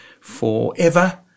forever